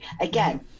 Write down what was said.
Again